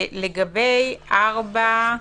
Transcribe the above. לגבי (4א),